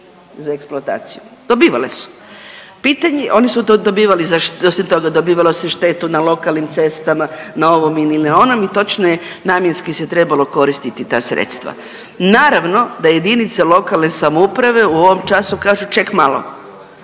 za eksploataciju dobivale su. Pitanje, oni su to dobivali za, dobivalo se za štetu na lokalnim cestama, na ovom ili na onom i točno je namjenski se trebalo koristiti ta sredstva. Naravno da jedinice lokalne samouprave u ovom času kažu ček malo,